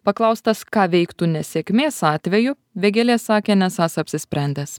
paklaustas ką veiktų nesėkmės atveju vėgėlė sakė nesąs apsisprendęs